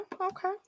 Okay